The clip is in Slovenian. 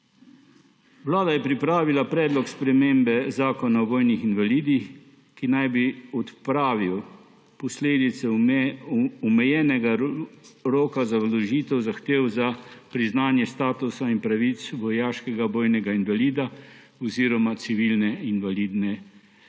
Vlada je pripravila Predlog spremembe Zakona o vojnih invalidih, ki naj bi odpravil posledice omejenega roka za vložitev zahtev za priznanje statusa in pravic vojaškega vojnega invalida oziroma civilnega invalida vojne.